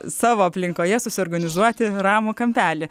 savo aplinkoje susiorganizuoti ramų kampelį